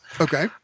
Okay